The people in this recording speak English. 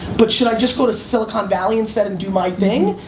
but should i just go to silicon valley instead and do my thing?